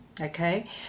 Okay